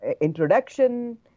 Introduction